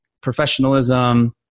professionalism